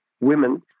women